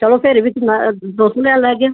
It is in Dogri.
चलो फिर बी तुस लेई लैगे